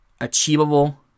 achievable